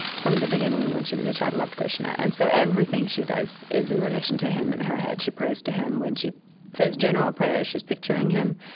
from the beginning, when she was a child, loved krishna. and so everything she does is in relation to him in her head. she prays to him. when she says general prayers, she's picturing him.